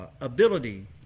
ability